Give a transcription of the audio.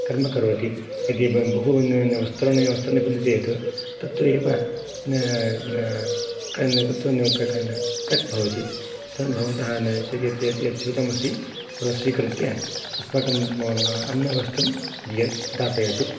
कर्म करोति यदि बहु चेत् तत्र एव कट् भवति अतः भवतः यत् स्यूतम् अस्ति तत् स्वीकृत्य अस्माकम् अन्यवस्तु दापयतु